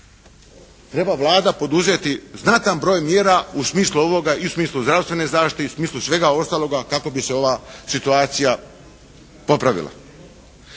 treba Vlada poduzeti znatan broj mjera u smislu ovoga i u smislu zdravstvene zaštite i u smislu svega ostaloga kako bi se ova situacija popravila.